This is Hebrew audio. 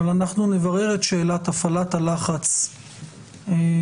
אבל אנחנו נברר את שאלת הפעלת הלחץ על